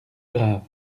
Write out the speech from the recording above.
brave